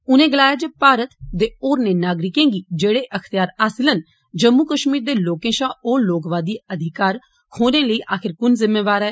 उने गलाया भारत दे होने नागरिकें गी जेहड़े अख्तियार हासल न जम्मू कष्मीर दे लोकें षाह ओह् लोकवादी अधिकार खोह्ने लेई आखर कु'न जिम्मेदार ऐ